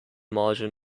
margin